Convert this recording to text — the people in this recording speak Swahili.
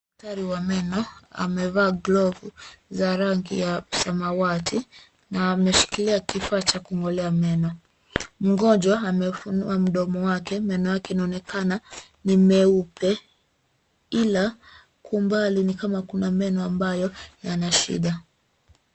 Daktari wa meno amevaa glovu za rangi ya samawati na ameshikilia kifaa cha kung'olewa meno. Mgonjwa amefunua mdomo wake, meno yake inaonekana ni meupe ila kwa umbali ni kama kuna meno mbayo yanashida.